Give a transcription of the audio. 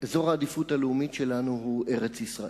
אזור העדיפות הלאומית שלנו הוא ארץ-ישראל.